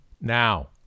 Now